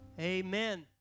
amen